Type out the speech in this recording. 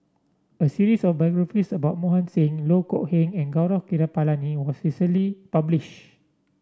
a series of biographies about Mohan Singh Loh Kok Heng and Gaurav Kripalani was recently publish